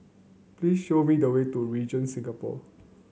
please show me the way to Regent Singapore